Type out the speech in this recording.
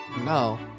No